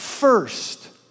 First